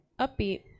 upbeat